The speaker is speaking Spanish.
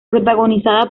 protagonizada